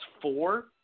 four